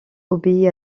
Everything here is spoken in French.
obéit